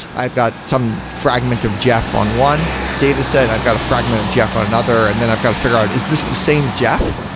i've got some fragment of jeff on one dataset. i've got a fragment of jeff on another, and then i've got to figure out, is this the same jeff?